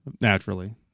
naturally